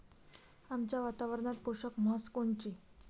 आमच्या वातावरनात पोषक म्हस कोनची?